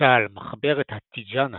למשל מחברת התיג'אן התימנית,